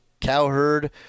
Cowherd